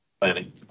Planning